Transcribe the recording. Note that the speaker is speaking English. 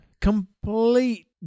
Complete